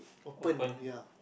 open ya